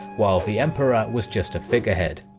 while the emperor was just a figurehead.